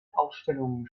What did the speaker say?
ausstellungen